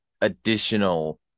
additional